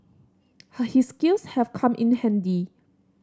her his skills have come in handy